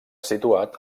situat